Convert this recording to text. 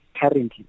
currently